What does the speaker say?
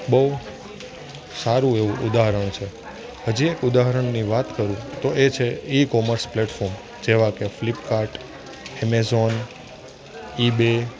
બહુ સારું એવું ઉદાહરણ છે હજી એક ઉદાહરણની વાત કરું તો એ છે ઇકોમર્સ પ્લેટફોર્મ જેવા કે ફ્લિપકાર્ટ એમેઝોન ઇબે